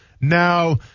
Now